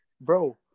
Bro